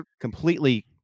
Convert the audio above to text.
completely